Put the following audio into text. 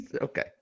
Okay